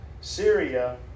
Syria